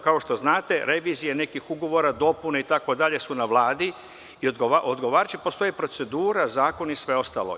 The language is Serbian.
Kao što znate, revizije nekih ugovora, dopune, itd. su na Vladi i postoji procedura, zakon i sve ostalo.